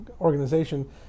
organization